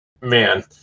man